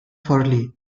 forlì